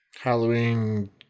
Halloween